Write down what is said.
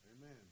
Amen